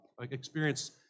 experience